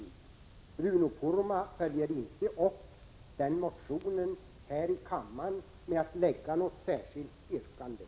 Bruno Poromaa följer dock inte upp motionen här i kammaren med att lägga fram något särskilt yrkande.